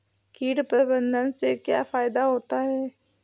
कीट प्रबंधन से क्या फायदा होता है?